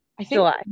July